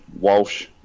Walsh